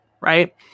right